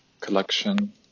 collection